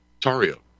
Tario